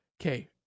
okay